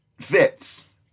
fits